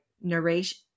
Narration